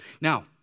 Now